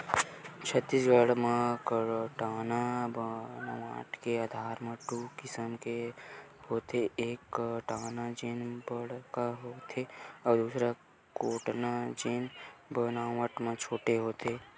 छत्तीसगढ़ म कोटना बनावट के आधार म दू किसम के होथे, एक कोटना जेन बड़का होथे अउ दूसर कोटना जेन बनावट म छोटे होथे